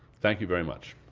thank you very much.